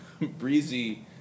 Breezy